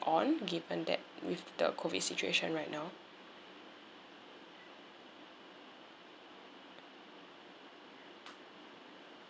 on given that with the COVID situation right now